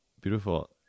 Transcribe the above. beautiful